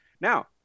now